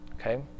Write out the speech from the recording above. Okay